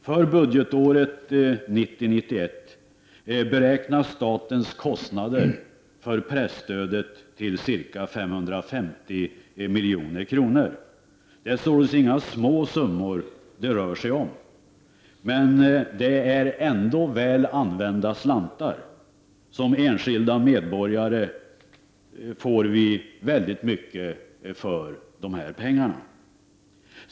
För budgetåret 1990/91 beräknas statens kostnader för presstödet till ca 550 milj.kr. Det är således inga små summor det rör sig om. Men det är väl ändå väl använda slantar. Som enskilda medborgare får vi mycket för pengarna.